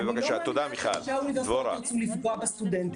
שראשי האוניברסיטאות ירצו לפגוע בסטודנטים.